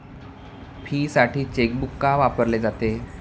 फीसाठी चेकबुक का वापरले जाते?